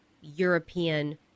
European